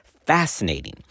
fascinating